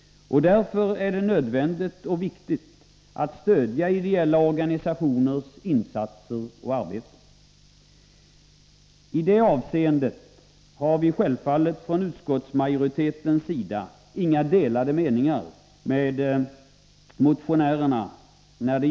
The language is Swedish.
Därför är det nödvändigt att stödja ideella organisationers insatser och verksamhet. I det avseendet har vi från utskottsmajoritetens sida givetvis ingen annan mening än motionärerna.